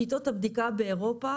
שיטות הבדיקה באירופה